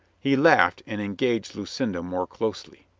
he laughed and engaged lucinda more closely.